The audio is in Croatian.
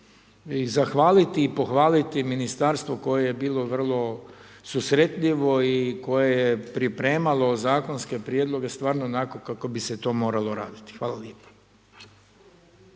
i zahvaliti i pohvaliti ministarstvo koje je bilo vrlo susretljivo i koje je pripremalo zakonske prijedloge stvarno onako kako bi se to moralo raditi. Hvala lijepo.